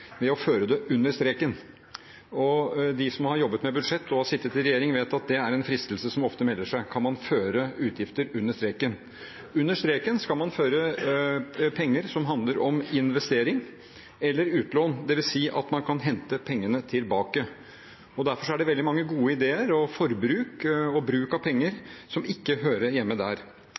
ved å føre det under streken. De som har jobbet med budsjett og har sittet i regjering, vet at det er en fristelse som ofte melder seg: Kan man føre utgifter under streken? Under streken skal man føre penger som handler om investering eller utlån, dvs. at man kan hente pengene tilbake. Derfor er det veldig mange gode ideer om forbruk og bruk av penger som ikke hører hjemme der.